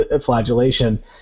flagellation